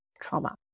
trauma